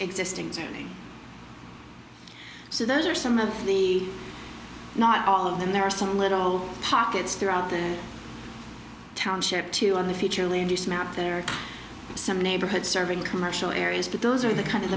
existing training so those are some of the not all of them there are some little pockets throughout the township too on the future land use map there are some neighborhoods serving commercial areas but those are the kind of